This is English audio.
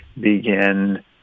begin